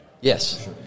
Yes